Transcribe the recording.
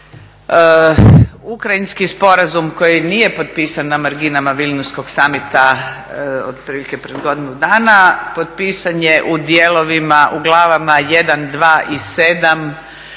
Ukrajinski sporazum koji nije potpisan na marginama Vilnuskog summita otprilike pred godinu dana, potpisan je u dijelovima u glavama 1, 2 i 7